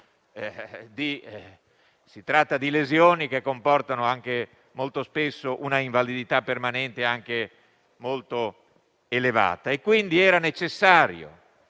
Si tratta di lesioni che comportano molto spesso una invalidità permanente anche molto elevata. Era quindi necessario